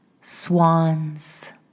swans